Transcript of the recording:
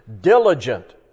diligent